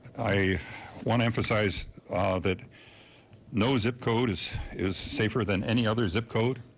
i want to emphasize that no zip code is is safer than any other zip code.